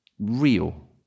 real